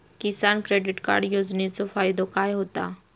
किसान credit card योजनेचो फायदो काय होता?